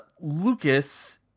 Lucas